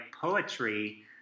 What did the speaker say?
poetry